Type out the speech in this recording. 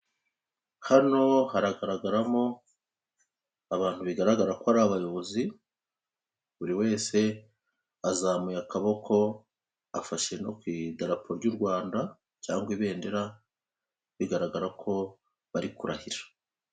Hano haragaragaramo abantu bigaragara ko ari abayobozi, buri wese azamuye akaboko afashe no ku idarapo ry'u Rwanda cyangwa ibendera, bigaragara ko bari kurahira.